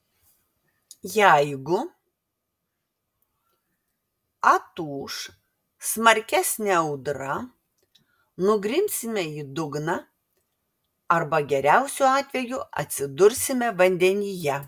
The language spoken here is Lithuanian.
jeigu atūš smarkesnė audra nugrimsime į dugną arba geriausiu atveju atsidursime vandenyje